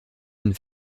une